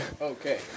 Okay